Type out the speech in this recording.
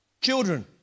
Children